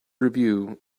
review